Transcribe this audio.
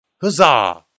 huzzah